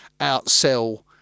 outsell